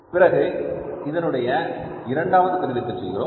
பிறகு இதனுடைய இரண்டாவது பிரிவிற்கு செல்கிறோம்